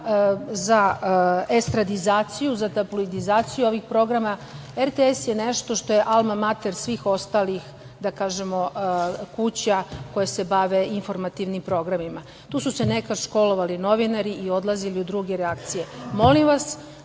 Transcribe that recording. za estradizaciju, za tabloidizaciju ovih programa, RTS je nešto što je almamater svih ostalih kuća koja se bave informativnim programima. Tu su se nekad školovali novinari i odlazili u druge redakcije. Molim vas